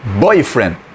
boyfriend